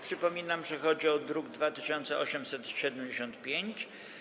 Przypominam, że chodzi o druk nr 2875.